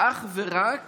אך ורק